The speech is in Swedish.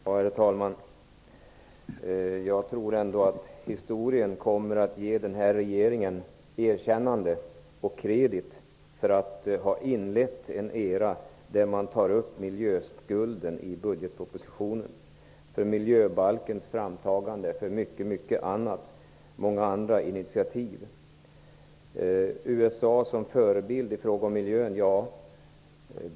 Herr talman! Jag tror ändå att historien kommer att ge den nuvarande regeringen erkännande och kredit för att ha inlett en era i vilken miljöskulden tas upp i budgetpropositionen, för miljöbalkens framtagande och för många andra initiativ. Rolf L Nilson talar om USA som förebild i fråga om miljön.